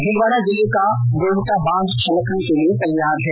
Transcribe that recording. भीलवाड़ा जिले का गोवटा बांध छलकने के लिये तैयार है